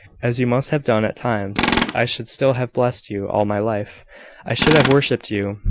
as you must have done at times i should still have blessed you, all my life i should have worshipped you,